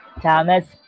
Thomas